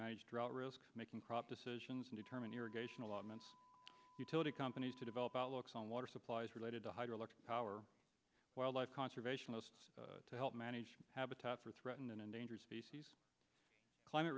manage drought risk making crop decisions and determine irrigation allotments to companies to develop outlooks on water supplies related to hydroelectric power wildlife conservation to help manage habitat for threatened and endangered species climate